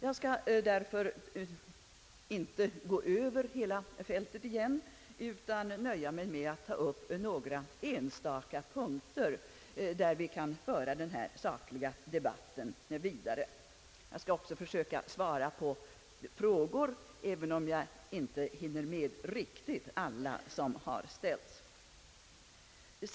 Jag skall därför inte gå över hela fältet igen, utan nöja mig med att ta upp några enstaka punkter, på vilka vi kan föra denna sakliga debatt vidare. Dessutom skall jag försöka svara på frågor, även om jag inte riktigt hinner med alla som har ställts.